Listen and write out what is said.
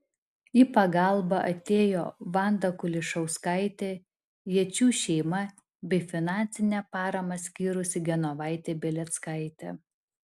į pagalbą atėjo vanda kulišauskaitė jėčių šeima bei finansinę paramą skyrusi genovaitė beleckaitė